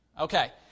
okay